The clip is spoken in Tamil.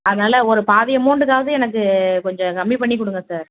அதனால் ஒரு பாதி அமௌண்டுக்காவது எனக்கு கொஞ்சம் கம்மி பண்ணி கொடுங்க சார்